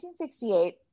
1968